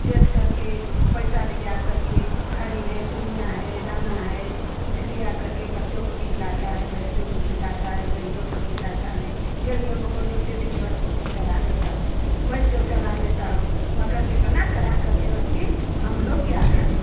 बेचकर के पैसा लियाकर के खरी है चुनिया है दाना है कुछ लियाकर के बच्चों को खिलाता है भैंसियो काे खिलाता है भेड़ियों को खिलाता है भेड़ियाे बकरियों को दिन भर छोड़ के चरा लेता हूँ भैंसो चरा लेता हूँ मगर कितना चराकर के रखें हम लोग क्या खाएं